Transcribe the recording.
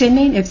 Chennaiyin F